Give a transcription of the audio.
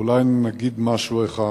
אולי אגיד משהו אחד,